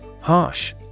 Harsh